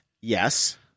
yes